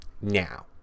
Now